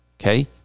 Okay